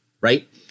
right